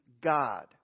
God